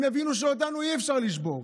הם יבינו שאותנו אי-אפשר לשבור.